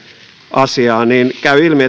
asiaa niin käy ilmi